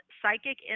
Psychic